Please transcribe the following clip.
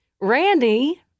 Randy